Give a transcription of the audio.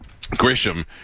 Grisham